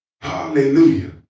Hallelujah